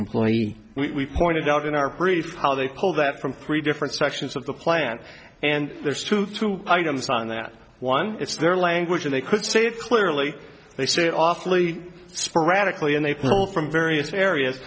employee we pointed out in our brief how they pull that from three different sections of the plan and there's two through items on that one it's their language and they could say it clearly they say awfully sporadically in april from various areas